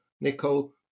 nickel